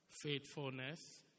Faithfulness